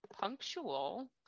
punctual